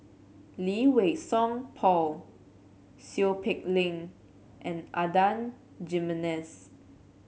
Lee Wei Song Paul Seow Peck Leng and Adan Jimenez